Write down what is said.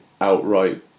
outright